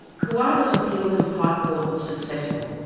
koowarta's appeal to the high court was successful.